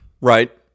Right